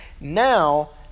now